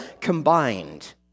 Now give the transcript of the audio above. combined